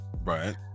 Right